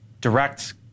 direct